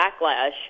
backlash